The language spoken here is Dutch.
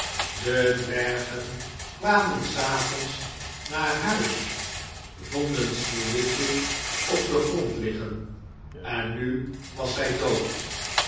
de dwergen kwamen s avonds naar huis vonden sneeuwwitje op den grond liggen en nu was zij dood